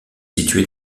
située